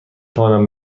توانم